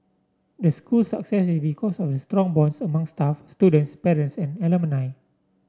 the school's success is because of the strong bonds among staff students parents and alumni